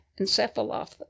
encephalopathy